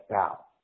out